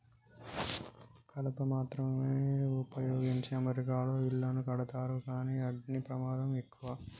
కలప మాత్రమే వుపయోగించి అమెరికాలో ఇళ్లను కడతారు కానీ అగ్ని ప్రమాదం ఎక్కువ